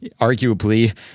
arguably